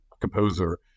composer